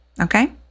okay